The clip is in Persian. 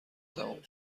تموم